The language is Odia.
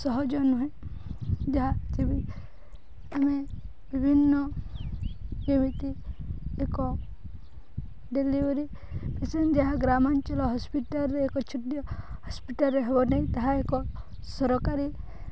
ସହଜ ନୁହେଁ ଯାହା ଯେ ଆମେ ବିଭିନ୍ନ କେମିତି ଏକ ଡେଲିଭରି ପେସେଣ୍ଟ ଯାହା ଗ୍ରାମାଞ୍ଚଳ ହସ୍ପିଟାଲରେ ଏକ ଛୋଟିଆ ହସ୍ପିଟାଲରେ ହବ ନାହିଁ ତାହା ଏକ ସରକାରୀ